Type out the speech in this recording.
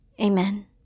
Amen